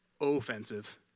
offensive